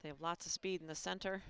they have lots of speed in the center